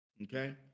Okay